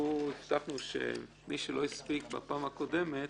הבטחנו שמי שלא הספיק בפעם הקודמת,